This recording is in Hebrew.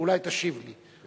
אולי תשיב לי,